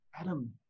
Adam